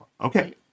Okay